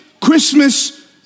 Christmas